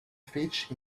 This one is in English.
fish